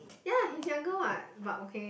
ya he's younger what but okay